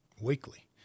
weekly